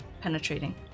penetrating